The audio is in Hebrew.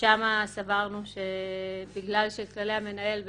ששם סברנו שבגלל כללי המנהל,